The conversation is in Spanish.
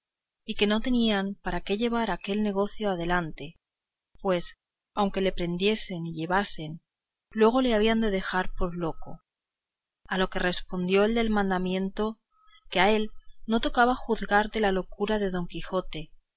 y que no tenían para qué llevar aquel negocio adelante pues aunque le prendiesen y llevasen luego le habían de dejar por loco a lo que respondió el del mandamiento que a él no tocaba juzgar de la locura de don quijote